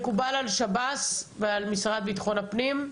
זה מקובל על שב"ס ומשרד הפנים.